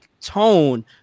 tone